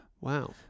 Wow